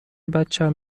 بچم